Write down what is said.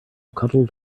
cuddled